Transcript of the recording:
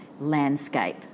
landscape